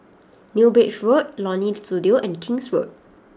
New Bridge Road Leonie Studio and King's Road